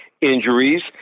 injuries